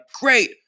great